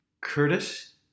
Curtis